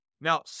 Now